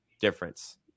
difference